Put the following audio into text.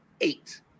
eight